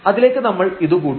അതിലേക്ക് നമ്മൾ ഇതു കൂട്ടും